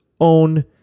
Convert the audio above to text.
own